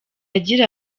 agira